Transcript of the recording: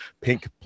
pink